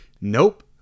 Nope